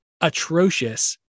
atrocious